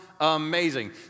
amazing